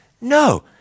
No